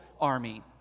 army